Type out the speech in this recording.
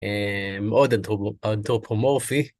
עוד אנתרופומורפי.